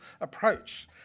approach